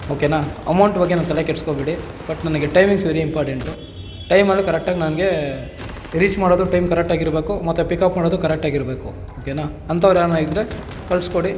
ಓಕೆನಾ ಅಮೌಂಟ್ ಬಗ್ಗೆ ನೀವ್ ತಲೆ ಕೆಡ್ಸ್ಕೊಬೇಡಿ ಬಟ್ ನನಗೆ ಟೈಮಿಂಗ್ಸ್ ವೆರಿ ಇಂಪಾರ್ಟೆಂಟು ಟೈಮಲ್ಲಿ ಕರೆಕ್ಟಾಗಿ ನನಗೆ ರೀಚ್ ಮಾಡೋದು ಟೈಮ್ ಕರೆಕ್ಟಾಗಿ ಇರಬೇಕು ಮತ್ತು ಪಿಕಪ್ ಮಾಡೋದು ಕರೆಕ್ಟಾಗಿ ಇರಬೇಕು ಓಕೆನಾ ಅಂಥವ್ರು ಯಾರನ ಇದ್ದರೆ ಕಳಿಸ್ಕೊಡಿ